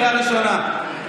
קריאה ראשונה.